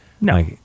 No